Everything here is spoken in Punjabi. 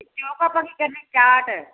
ਚੋਕ ਆਪਾਂ ਕੀ ਕਰਨੇ ਚਾਟ